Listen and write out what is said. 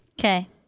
Okay